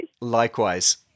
Likewise